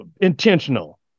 intentional